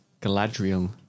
Galadriel